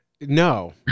No